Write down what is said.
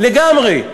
לגמרי.